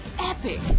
epic